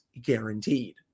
guaranteed